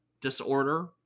disorder